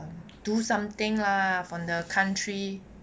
do something lah for the country